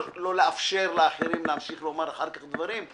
אין כוונתי לא לאפשר לאחרים להמשיך לומר אחר כך דברים,